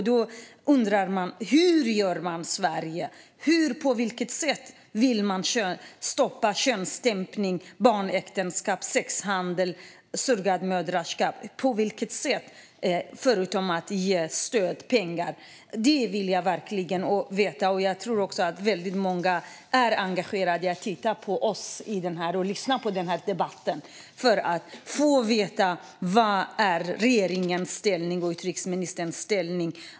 Då undrar jag hur Sverige vill stoppa könsstympning, barnäktenskap, sexhandel och surrogatmoderskap förutom att ge pengar. Det vill jag verkligen veta. Jag tror också att väldigt många är engagerade och lyssnar på den här debatten för att få veta vilket ställningstagande som regeringen och utrikesministern gör.